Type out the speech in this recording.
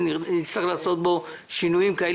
ייתכן שיהיה צורך להכניס בו כמה שינויים,